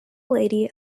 lady